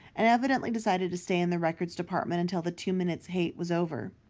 and evidently decided to stay in the records department until the two minutes hate was over.